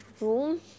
room